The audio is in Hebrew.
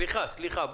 סליחה, סליחה.